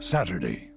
Saturday